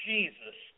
Jesus